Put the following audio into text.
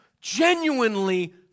genuinely